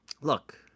look